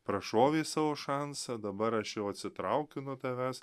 prašovei savo šansą dabar aš jau atsitraukiu nuo tavęs